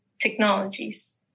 technologies